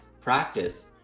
practice